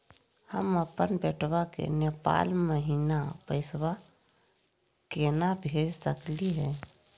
हम अपन बेटवा के नेपाल महिना पैसवा केना भेज सकली हे?